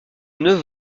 neuf